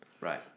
Right